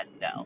No